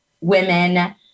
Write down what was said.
women